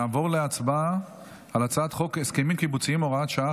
נעבור להצבעה של הצעת חוק הסכמים קיבוציים (הוראת שעה,